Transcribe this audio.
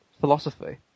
philosophy